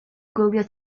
gwylio